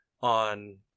on